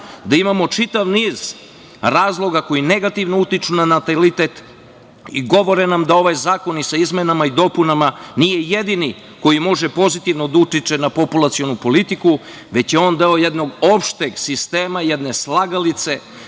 da imamo čitav niz razloga koji negativno utiču na natalitet i govore nam da ovaj zakon i sa izmenama i dopunama nije jedini koji može pozitivno da utiče na populacionu politiku, već je on deo jednog opšteg sistema, jedne slagalice